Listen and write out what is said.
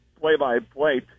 play-by-play